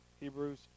Hebrews